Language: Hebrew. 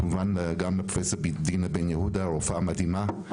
כמובן גם לפרופ' דינה בן יהודה, הרופאה המדהימה.